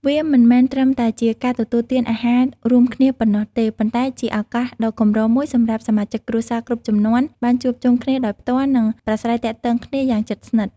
វាមិនមែនត្រឹមតែជាការទទួលទានអាហាររួមគ្នាប៉ុណ្ណោះទេ ប៉ុន្តែជាឱកាសដ៏កម្រមួយសម្រាប់សមាជិកគ្រួសារគ្រប់ជំនាន់បានជួបជុំគ្នាដោយផ្ទាល់ និងប្រាស្រ័យទាក់ទងគ្នាយ៉ាងជិតស្និទ្ធ។